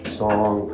song